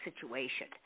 situation